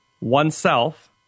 oneself